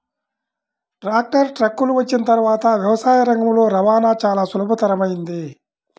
tractor, ట్రక్కులు వచ్చిన తర్వాత వ్యవసాయ రంగంలో రవాణా చాల సులభతరమైంది